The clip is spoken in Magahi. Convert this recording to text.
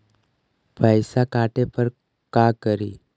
पैसा काटे पर का करि?